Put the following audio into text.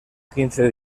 quince